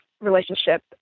relationship